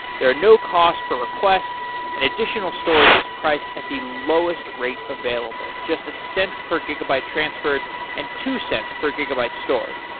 there are no cost per request and additional storage is priced at the lowest rate available. just a cent per gigabyte transferred and two cents per gigabyte stored.